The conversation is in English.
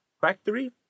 factory